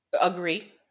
agree